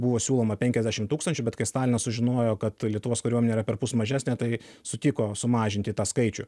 buvo siūloma penkiasdešim tūkstančių bet kai stalinas sužinojo kad lietuvos kariuomenė yra perpus mažesnė tai sutiko sumažinti tą skaičių